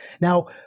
Now